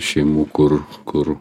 šeimų kur kur